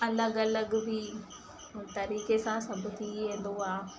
अलॻि अलॻि बि तरीक़े सां सभु थी वेंदो आहे